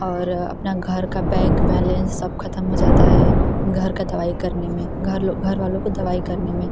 और अपना घर का बैंक बैलेंस सब ख़त्म हो जाता है घर का दवाई करने में घर लो घर वालों को दवाई करने में